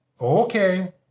Okay